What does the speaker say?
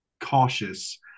cautious